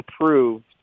approved